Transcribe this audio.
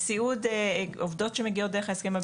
בסיעוד, עובדות שמגיעות דרך ההסכם בלטראלי.